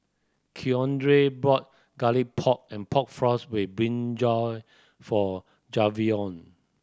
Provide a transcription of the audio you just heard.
Keandre bought Garlic Pork and Pork Floss with brinjal for Javion